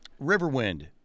Riverwind